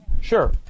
Sure